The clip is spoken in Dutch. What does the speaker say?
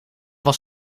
was